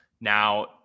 Now